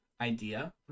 idea